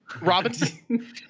Robinson